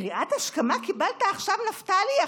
קריאת השכמה קיבלת עכשיו, נפתלי?